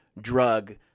drug